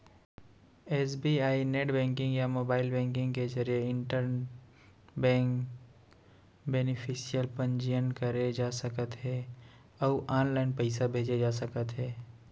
SBI net banking या mobile banking के जरिए इंटर बेंक बेनिफिसियरी पंजीयन करे जा सकत हे अउ ऑनलाइन पइसा भेजे जा सकत हे